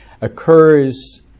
occurs